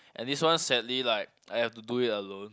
and this one sadly like I have to do it alone